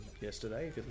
yesterday